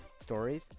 stories